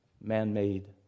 man-made